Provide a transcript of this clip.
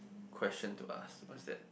question to ask what's that